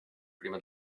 prima